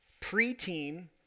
preteen